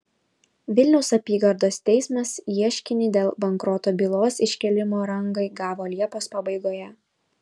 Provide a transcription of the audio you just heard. vilniaus apygardos teismas ieškinį dėl bankroto bylos iškėlimo rangai gavo liepos pabaigoje